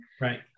Right